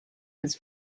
his